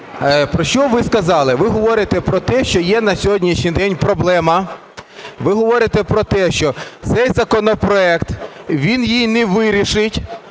про що ви сказали? Ви говорите про те, що є на сьогоднішній день проблема. Ви говорите про те, що цей законопроект, він її не вирішить,